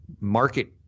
market